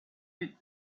bit